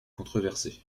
controversée